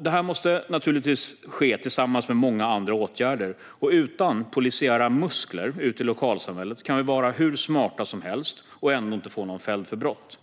Detta måste naturligtvis ske tillsammans med många andra åtgärder. Utan polisiära muskler ute i lokalsamhället kan vi vara hur smarta som helst och ändå inte få någon fälld för brott.